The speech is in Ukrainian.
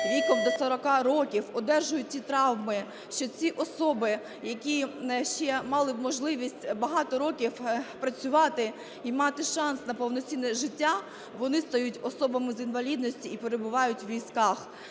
віком до 40 років одержують ті травми, що ці особи, які б ще мали можливість багато років працювати і мати шанс на повноцінне життя, вони стають особами з інвалідністю і перебувають у візках.